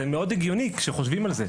זה הגיוני מאוד כאשר חושבים על זה.